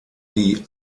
die